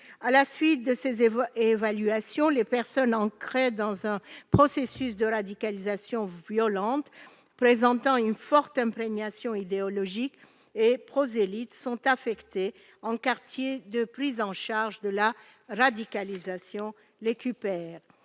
À la suite de ces évaluations, les personnes ancrées dans un processus de radicalisation violente, présentant une forte imprégnation idéologique et prosélytes sont affectées en quartier de prise en charge de la radicalisation, ou QPR.